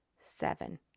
seven